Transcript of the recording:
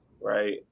right